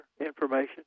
information